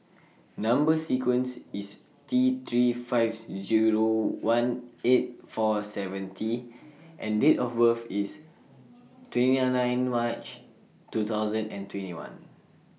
Number sequence IS T three five Zero one eight four seven T and Date of birth IS twenty nine March two thousand and twenty one